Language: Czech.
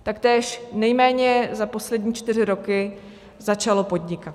Taktéž nejméně za poslední čtyři roky začalo podnikat.